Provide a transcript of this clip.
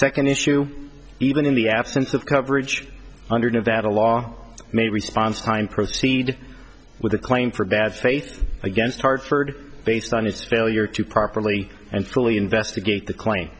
second issue even in the absence of coverage under nevada law may response time proceed with a claim for bad faith against hartford based on his failure to properly and fully investigate